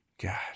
God